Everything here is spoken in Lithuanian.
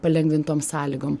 palengvintom sąlygom